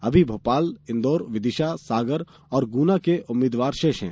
अभी भोपाल इंदौर विदिशा सागर और गुना के उम्मीद्वार शेष हैं